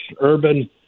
urban